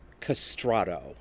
castrato